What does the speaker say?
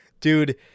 dude